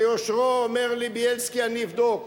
ביושרו אומר לי: בילסקי, אני אבדוק.